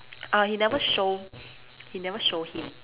uh he never show he never show him